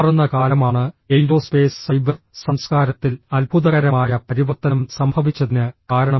മാറുന്ന കാലമാണ് aerospace cyber സംസ്കാരത്തിൽ അത്ഭുതകരമായ പരിവർത്തനം സംഭവിച്ചതിന് കാരണം